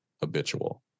habitual